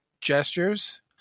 gestures